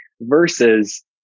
versus